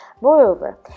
Moreover